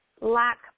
lack